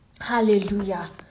Hallelujah